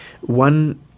one